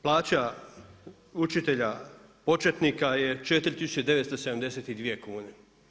Plaća učitelja početnika je 4972 kune.